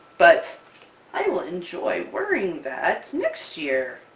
but i will enjoy wearing that next year!